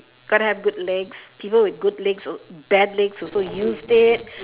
got to have good legs people with good legs bad legs also used it